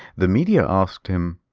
the media asked him.